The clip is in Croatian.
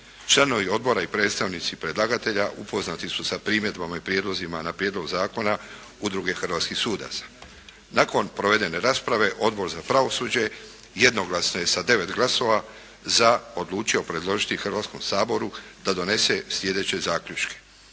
Članovi odbora i predstavnici predlagatelja upoznati su sa primjedbama i prijedlozima, na prijedlog zakona Udruge hrvatskih sudaca. Nakon provedene rasprave Odbor za pravosuđe jednoglasno je sa 9 glasova za odlučio predložiti Hrvatskom saboru da donese sljedeće zaključke: